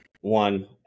one